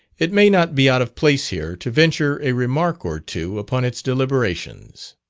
it may not be out of place here to venture a remark or two upon its deliberations.